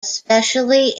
especially